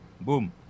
Boom